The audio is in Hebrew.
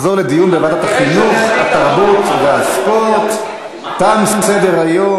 לוועדת החינוך, התרבות והספורט התקבלה.